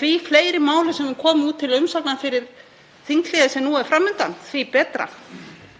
Því fleiri mál sem við komum út til umsagnar fyrir þinghlé sem nú er fram undan því betra.